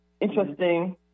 interesting